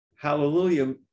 hallelujah